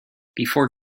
before